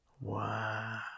Wow